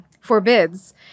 forbids